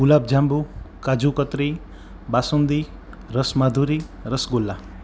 ગુલાબજાંબુ કાજુ કતરી બાસુંદી રસ માધુરી રસગુલ્લા